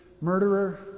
murderer